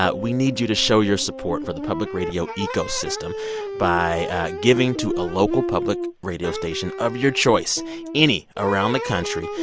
ah we need you to show your support for the public radio ecosystem by giving to a local public radio station of your choice any around the country.